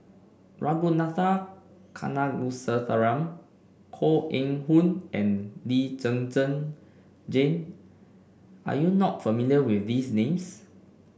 Ragunathar Kanagasuntheram Koh Eng Hoon and Lee Zhen Zhen Jane are you not familiar with these names